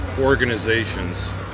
organizations